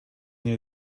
near